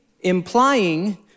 implying